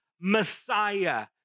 Messiah